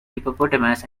hippopotamus